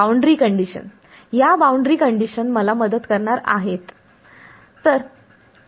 boundary condition या boundary condition मला मदत करणार आहेत